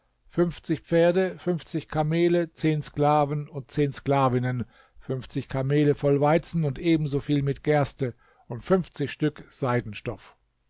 fünfzig pferde fünfzig kamele zehn sklaven und zehn sklavinnen fünfzig kamele voll weizen und ebensoviel mit gerste und fünfzig stück seidenstoff